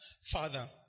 father